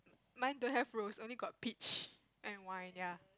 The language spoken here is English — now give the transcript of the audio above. mine don't have rose only got peach and wine ya